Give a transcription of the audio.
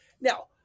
Now